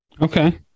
Okay